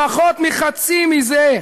פחות מחצי מזה,